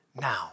now